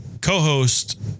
co-host